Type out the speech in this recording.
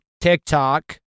TikTok